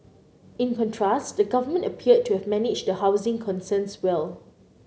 in contrast the government appeared to have managed the housing concerns well